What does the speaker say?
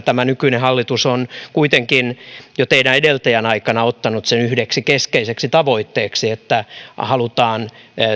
tämä nykyinen hallitus on kuitenkin jo teidän edeltäjänne aikana ottanut yhdeksi keskeiseksi tavoitteeksi sen että halutaan